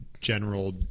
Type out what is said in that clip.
general